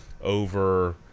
over